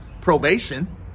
probation